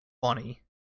funny